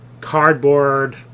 cardboard